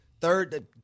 Third